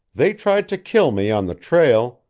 they tried to kill me on the trail,